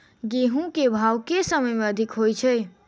गेंहूँ केँ भाउ केँ समय मे अधिक होइ छै?